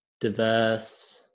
diverse